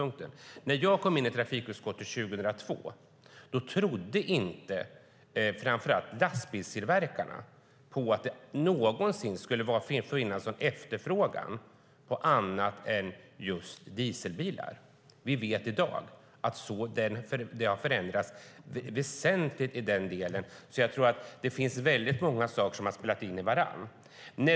När jag kom in i trafikutskottet 2002 trodde inte framför allt lastbilstillverkarna att det någonsin skulle finnas någon efterfrågan på annat än just dieselbilar. I dag vet vi att det har förändrats väsentligt. Det finns väldigt många saker som har spelat in här.